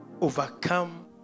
overcome